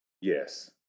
Yes